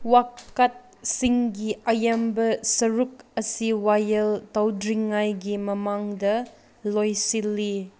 ꯋꯥꯀꯠꯁꯤꯡꯒꯤ ꯑꯌꯥꯝꯕ ꯁꯔꯨꯛ ꯑꯁꯤ ꯋꯥꯌꯦꯜ ꯇꯧꯗ꯭ꯔꯤꯉꯩꯒꯤ ꯃꯃꯥꯡꯗ ꯂꯣꯏꯁꯤꯜꯂꯤ